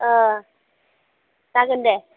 अ जागोन दे